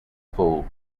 full